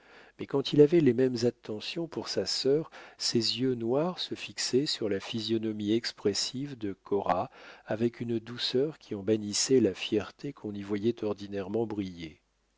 mais quand il avait les mêmes attentions pour sa sœur ses yeux noirs se fixaient sur la physionomie expressive de cora avec une douceur qui en bannissait la fierté qu'on y voyait ordinairement briller